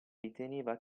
riteneva